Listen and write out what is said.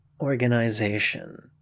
organization